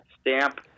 stamp